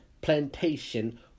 plantation